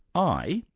i,